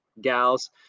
gals